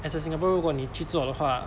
as a singaporean 如果你去做的话